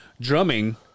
drumming